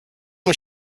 was